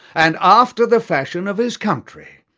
and after the fashion of his country.